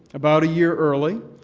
about a year early.